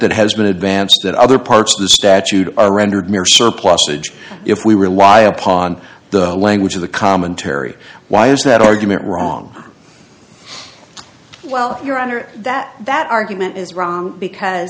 that has been advanced that other parts of the statute are rendered mere surplusage if we rely upon the language of the commentary why is that argument wrong well your honor that that argument is wrong